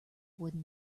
wooden